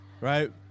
Right